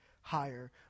higher